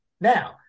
now